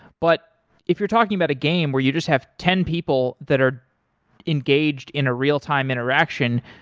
but if you're talking about a game where you just have ten people that are engaged in a real-time interaction,